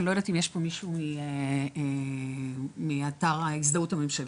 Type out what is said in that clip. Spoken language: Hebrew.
אני לא יודעת אם יש פה מישהו מאתר ההזדהות הממשלתית.